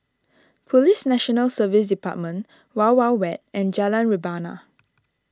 Police National Service Department Wild Wild Wet and Jalan Rebana